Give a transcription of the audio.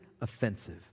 Offensive